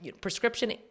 prescription